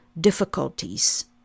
difficulties